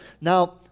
Now